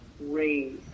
raise